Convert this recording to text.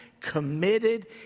committed